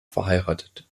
verheiratet